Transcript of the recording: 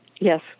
Yes